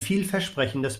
vielversprechendes